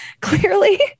clearly